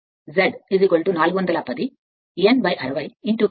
05 Weber Z 410 n 60